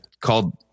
called